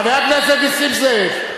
חבר הכנסת נסים זאב.